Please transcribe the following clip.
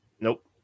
nope